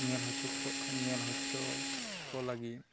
ᱧᱮᱞ ᱦᱚᱪᱚ ᱠᱚ ᱧᱮᱞ ᱦᱚᱪᱚ ᱠᱚ ᱞᱟᱹᱜᱤᱫ